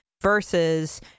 versus